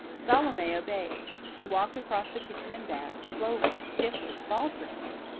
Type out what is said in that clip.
salome obeyed. she walked across the kitchen and back, slowly, stiffly, falteringly,